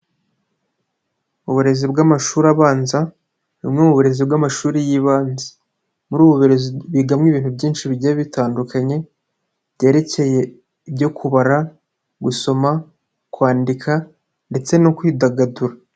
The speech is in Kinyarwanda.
Uburezi bw'amashuri abanza, ni bumwe mu burezi bw'amashuri y'ibanze. Muri ubu burezi, bigamo ibintu byinshi bigiye bitandukanye byerekeye ibyo kubara, gusoma, kwandika, ndetse no kwidagadura.